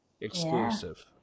exclusive